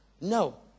no